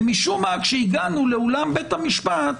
ומשום מה כשהגענו לאולם בית המשפט